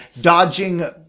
dodging